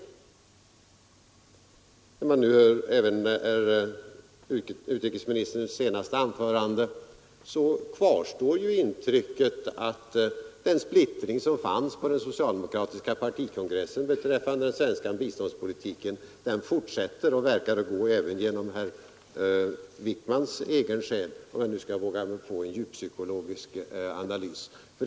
Också när man lyssnade till utrikesministerns senaste anförande kvarstod intrycket att den splittring som fanns på den socialdemokratiska partikongressen rörande den svenska biståndspolitiken alltjämt finns kvar och verkar att gå även genom herr Wickmans egen själ — om jag nu skall våga mig på en djuppsykologisk analys.